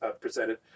presented